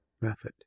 method